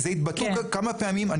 זה התבטאות, כמה פעמים.